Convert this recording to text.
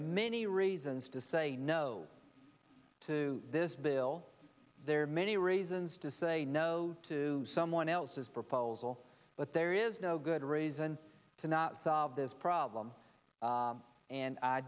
many reasons to say no to this bill there are many reasons to say no to someone else's proposal but there is no good reason to not solve this problem and i